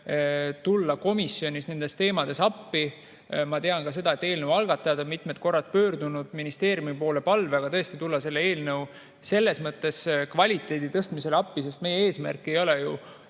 tulla komisjonile nendes teemades appi. Ma tean ka seda, et eelnõu algatajad on mitu korda pöördunud ministeeriumi poole palvega tõesti tulla selle eelnõu kvaliteedi tõstmisel appi. Meie eesmärk ei ole ju